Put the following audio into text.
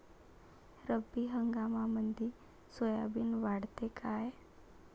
रब्बी हंगामामंदी सोयाबीन वाढते काय?